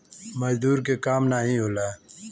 मजदूर के काम नाही होला